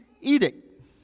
edict